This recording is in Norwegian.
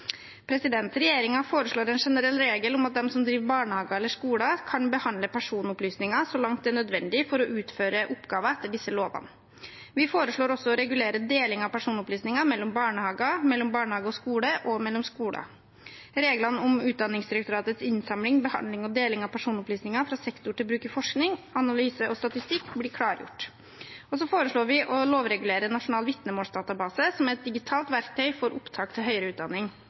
foreslår en generell regel om at de som driver barnehager eller skoler, kan behandle personopplysninger så langt det er nødvendig for å utføre oppgaver etter disse lovene. Vi foreslår også å regulere deling av personopplysninger mellom barnehager, mellom barnehage og skole og mellom skoler. Reglene om Utdanningsdirektoratets innsamling, behandling og deling av personopplysninger fra sektoren til bruk i forskning, analyse og statistikk blir klargjort. Vi foreslår også å lovregulere Nasjonal vitnemålsdatabase, som er et digitalt verktøy for opptak til høyere utdanning